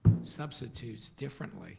substitutes differently